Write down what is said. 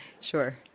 Sure